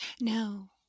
No